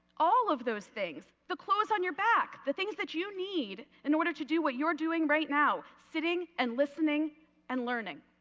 all of those things, the clothes on your back, the things that you need in order to do what you are doing right now, sitting and listening and learning.